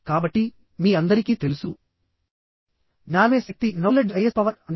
కాబట్టి మీ అందరికీ తెలుసు జ్ఞానమే శక్తి అని